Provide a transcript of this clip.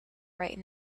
right